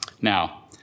Now